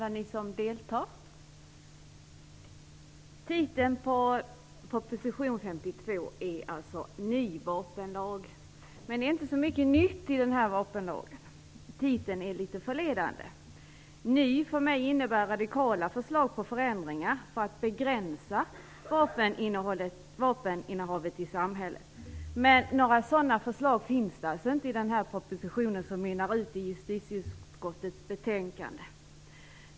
Herr talman! Titeln på proposition 52 är alltså Ny vapenlag. Men det är inte så mycket nytt i den vapenlagen, och titeln är därför litet förledande. "Ny" innebär för mig radikala förslag till förändringar för att begränsa vapeninnehavet i samhället. Men några sådana förslag finns alltså inte i den här propositionen, som mynnar ut i justitieutskottets betänkande.